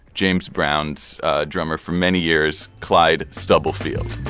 james brown's drummer for many years, clyde stubblefield